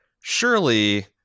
surely